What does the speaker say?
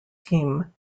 team